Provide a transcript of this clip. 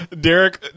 Derek